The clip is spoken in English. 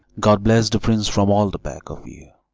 god bless the prince from all the pack of you!